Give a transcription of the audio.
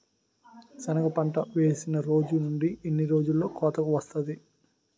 సెనగ పంట వేసిన రోజు నుండి ఎన్ని రోజుల్లో కోతకు వస్తాది?